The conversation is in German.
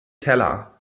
teller